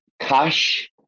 Cash